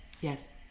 yes